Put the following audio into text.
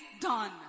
done